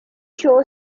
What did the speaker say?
show